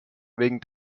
wegen